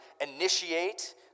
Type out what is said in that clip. initiate